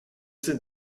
sind